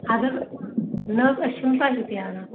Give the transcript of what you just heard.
اَدٕ حظ نہ حظ أسۍ چھِنہ تۄہے پیاران